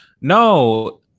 no